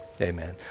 Amen